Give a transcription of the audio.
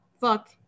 fuck